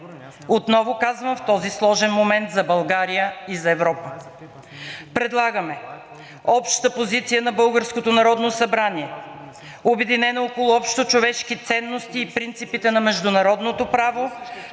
отново казвам, в този сложен момент за България и за Европа. Предлагаме обща позиция на българското Народно събрание, обединена около общочовешки ценности и принципите на международното право,